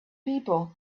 people